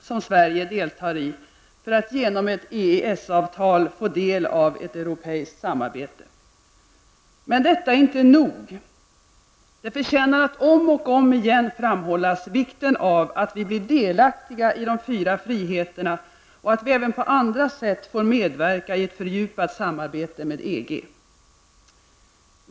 som Sverige deltar i, för att genom ett EES-avtal få del av ett europeiskt ekonomiskt samarbete. Men detta är inte nog! Det förtjänar att om och om igen framhålla vikten av att vi blir delaktiga i de fyra friheterna och att vi även på andra sätt får medverka i ett fördjupat samarbete med EG.